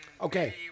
Okay